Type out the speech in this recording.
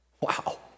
Wow